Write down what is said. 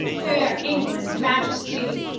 fair england's majesty,